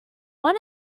one